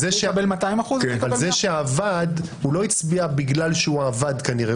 זה יקבל 200% וזה יקבל 100%. אבל זה שעבד לא הצביע בגלל שהוא עבד כנראה,